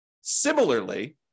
Similarly